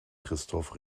christoph